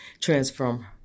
transform